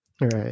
right